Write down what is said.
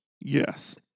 Yes